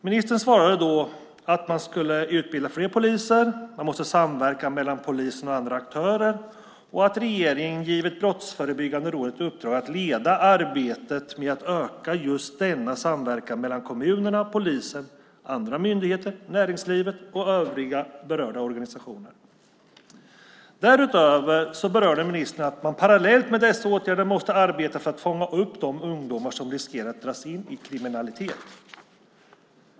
Ministern svarade då att man skulle utbilda fler poliser, att poliser och andra aktörer måste samverka och att regeringen gett Brottsförebyggande rådet i uppdrag att leda arbetet med att öka just samverkan mellan kommunerna, polisen, andra myndigheter, näringslivet och övriga berörda organisationer. Därutöver berörde ministern att man parallellt med dessa åtgärder måste arbeta för att fånga upp de ungdomar som riskerar att dras in i kriminalitet.